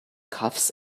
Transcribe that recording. cuffs